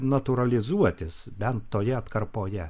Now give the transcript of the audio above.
natūralizuotis bent toje atkarpoje